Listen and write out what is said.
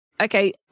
Okay